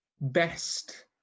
best